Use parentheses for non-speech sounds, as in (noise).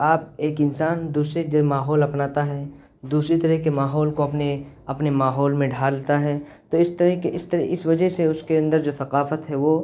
آپ ایک انسان دوسرے (unintelligible) ماحول اپناتا ہے دوسری طرح کے ماحول کو اپنے اپنے ماحول میں ڈھالتا ہے تو اس طرح کے اس طرح اس وجہ سے اس کے اندر جو ثقافت ہے